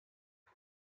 این